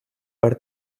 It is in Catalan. per